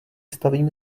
stavím